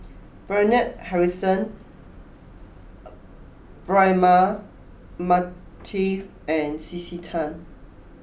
Bernard Harrison Braema Mathi and C C Tan